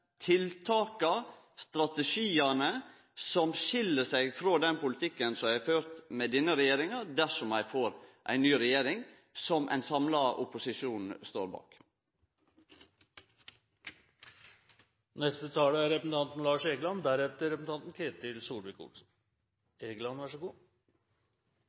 tiltaka, strategiane – som ein samla opposisjon står bak – som skil seg frå den politikken som er førd av denne regjeringa dersom ein får ei ny regjering? Representanten